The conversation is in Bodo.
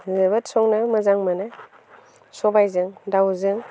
जोबोद संनो मोजां मोनो सबायजों दाउजों